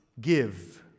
give